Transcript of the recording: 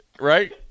Right